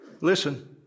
listen